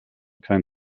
kein